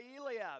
Eliab